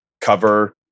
cover